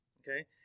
okay